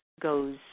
goes